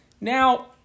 Now